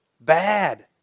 Bad